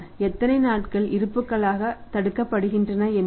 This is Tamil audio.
எத்தனை நாட்கள் இருப்புக்காக தடுக்கப்பட்டுள்ளன என்பது